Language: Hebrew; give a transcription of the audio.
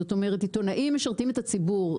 זאת אומרת, עיתונאים משרתים את הציבור.